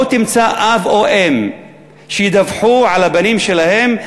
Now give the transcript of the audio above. לא תמצא אב או אם שידווחו על הבנים שלהם,